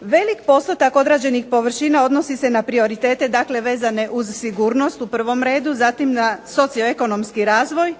Velik postotak odrađenih površina odnosi se na prioritete dakle vezane uz sigurnost u prvom redu, zatim na socioekonomski razvoj,